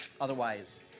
Otherwise